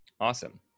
Awesome